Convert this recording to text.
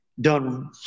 done